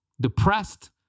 depressed